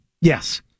Yes